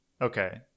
Okay